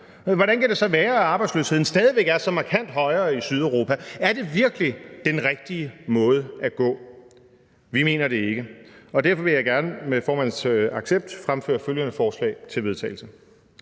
Hvordan kan det så være, at arbejdsløsheden stadig væk er så markant højere i Sydeuropa? Er det virkelig den rigtige vej at gå? Vi mener det ikke. Derfor vil jeg gerne med formanden accept fremsætte følgende: Forslag til vedtagelse